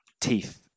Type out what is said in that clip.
teeth